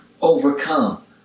overcome